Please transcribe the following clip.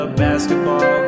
basketball